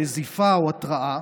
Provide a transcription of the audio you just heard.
נזיפה או התראה,